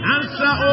Answer